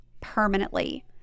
permanently